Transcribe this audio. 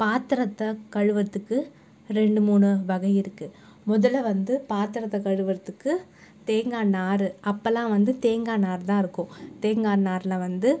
பாத்திரத்த கழுவுகிறத்துக்கு ரெண்டு மூணு வகை இருக்கு முதலில் வந்து பாத்திரத்த கழுவுகிறத்துக்கு தேங்காய் நார் அப்போல்லாம் வந்து தேங்காய் நாருதான் இருக்கும் தேங்காய் நாரில் வந்து